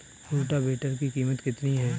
Rotavator की कीमत कितनी है?